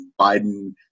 Biden